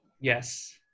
Yes